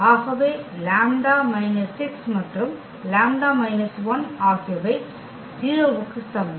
ஆகவே lambda minus 6 மற்றும் lambda minus 1 ஆகியவை 0 க்கு சமம்